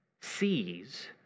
sees